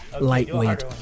lightweight